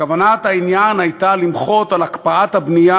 כוונת העניין הייתה למחות על הקפאת הבנייה